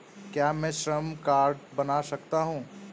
क्या मैं श्रम कार्ड बनवा सकती हूँ?